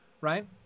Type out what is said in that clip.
right